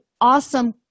awesome